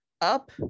up